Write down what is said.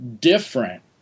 different